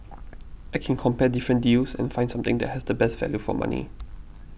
I can compare different deals and find something that has the best value for money